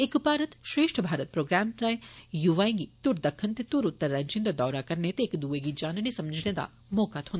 एक भारत श्रेष्ठ भारत प्रोग्राम राएं युवाएं गी धुर दक्खन ते धुर उत्तर राज्यें दा दौरा करने ते इक दुए गी जानने समझने दा मौका थ्होग